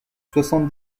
soixante